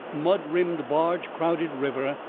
mud-rimmed, barge-crowded river,